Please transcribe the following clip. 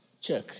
check